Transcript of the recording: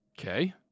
Okay